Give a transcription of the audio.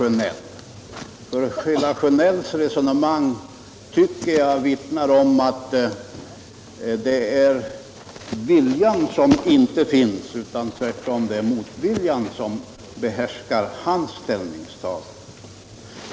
Hela hans resonemang tycker jag vittnar om att det är viljan som inte finns. Det är tvärtom motviljan som behärskar hans ställningstagande.